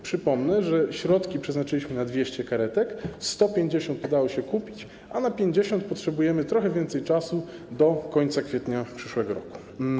Przypomnę, że przeznaczyliśmy środki na 200 karetek: 150 udało się kupić, a na kupno 50 potrzebujemy trochę więcej czasu, do końca kwietnia przyszłego roku.